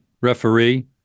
referee